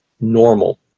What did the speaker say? normal